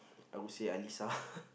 I would say Alisa